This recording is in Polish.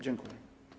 Dziękuję.